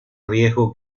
riesgo